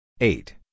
eight